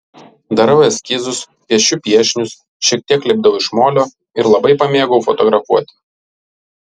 darau eskizus piešiu piešinius šiek tiek lipdau iš molio ir labai pamėgau fotografuoti